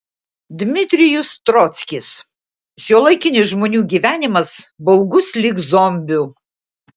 dmitrijus trockis šiuolaikinis žmonių gyvenimas baugus lyg zombių